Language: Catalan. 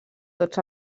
tots